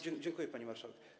Dziękuję, pani marszałek.